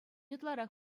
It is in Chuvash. ытларах